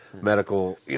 medical